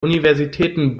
universitäten